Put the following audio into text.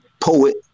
poet